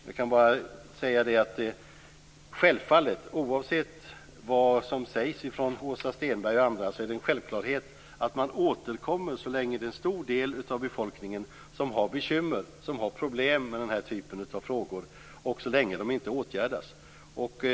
Jag kan bara säga att, oavsett vad som sägs från Åsa Stenberg och andra, det är en självklarhet att man återkommer så länge en stor del av befolkningen har bekymmer och problem med denna typ av frågor så länge problemen inte åtgärdas.